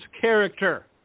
character